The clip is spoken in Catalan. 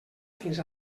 fins